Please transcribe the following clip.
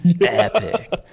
epic